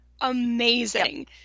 amazing